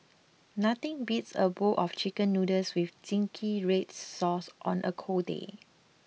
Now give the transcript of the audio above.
nothing beats a bowl of chicken noodles with zingy red sauce on a cold day